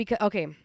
okay